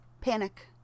Panic